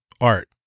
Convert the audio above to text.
art